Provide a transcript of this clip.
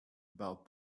about